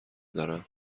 دارم